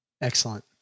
Excellent